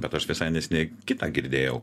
bet aš visai neseniai kitą girdėjau